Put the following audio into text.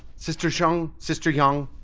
sister zheng, sister yang,